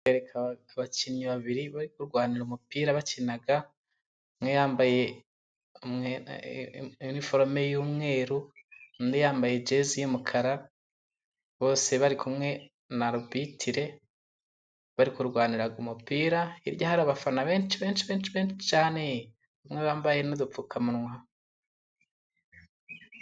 Abakinnyi babiri bari kurwanira umupira bakina umwe yambaye umwenda iniforume y'umweru, undi yambaye jezi y'umukara. Bose bari kumwe na Rubitile bari kurwaniraa umupira hirya hari abafana benshi benshi benshi cyane umwe wambaye n'udupfukamunwa.